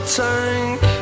tank